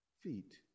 feet